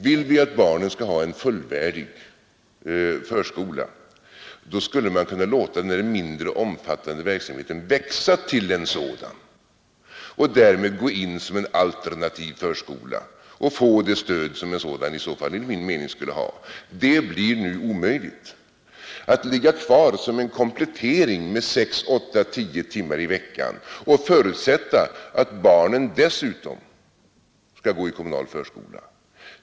Vill vi att barnen skall ha en fullvärdig förskola, skulle vi kunna låta den mindre omfattande verksamheten växa till en alternativ sådan förskola och ge den det stöd som den i så fall enligt min mening skulle ha. Det blir nu omöjligt. Den andra möjligheten är att man bibehåller den icke obligatoriska förskolan som en komplettering med sex, åtta eller tio timmar i veckan och förutsätter att barnen parallellt skall gå i kommunal förskola.